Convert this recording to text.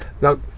now